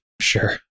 Sure